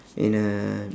in a